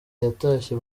yatashye